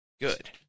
Good